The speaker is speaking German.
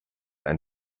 ein